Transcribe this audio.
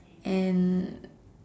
and